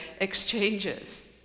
exchanges